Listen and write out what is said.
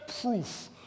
proof